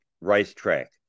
racetrack